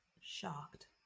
shocked